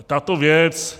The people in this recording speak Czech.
Tato věc...